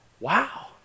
Wow